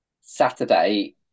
Saturday